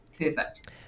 Perfect